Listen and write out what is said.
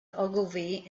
ogilvy